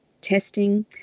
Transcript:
testing